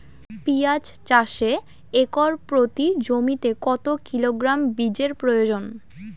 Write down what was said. পেঁয়াজ চাষে একর প্রতি জমিতে কত কিলোগ্রাম বীজের প্রয়োজন?